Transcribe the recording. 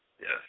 yes